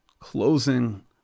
closing